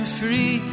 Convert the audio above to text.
free